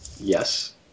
Yes